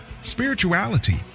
spirituality